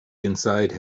inside